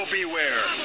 Beware